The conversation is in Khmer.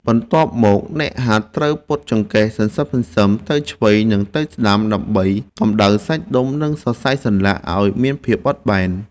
បន្ទាប់មក អ្នកហាត់ត្រូវពត់ចង្កេះសន្សឹមៗទៅឆ្វេង និងទៅស្ដាំ ដើម្បីកម្ដៅសាច់ដុំ និងសរសៃសន្លាក់ឱ្យមានភាពបត់បែន។